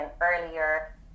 earlier